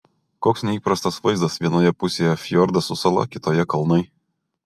koks neįprastas vaizdas vienoje pusėje fjordas su sala kitoje kalnai